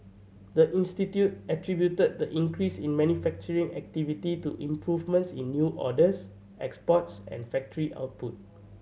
the institute attributed the increase in manufacturing activity to improvements in new orders exports and factory output